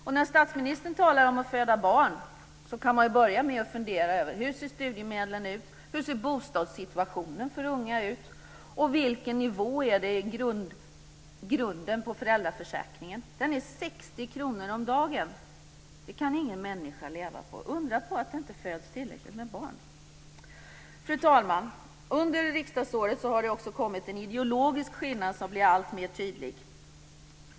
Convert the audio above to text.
Och när statsministern talar om att föda barn kan man ju börja med att fundera över: Hur ser studiemedlen ut? Hur ser bostadssituationen för unga ut? Och vilken nivå är det i grunden på föräldraförsäkringen? Den är 60 kr om dagen! Det kan ingen människa leva på. Undra på att det inte föds tillräckligt med barn! Herr talman! Under riksdagsåret har det också kommit en ideologisk skillnad som blir alltmer tydlig.